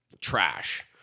trash